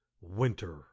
winter